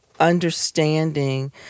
understanding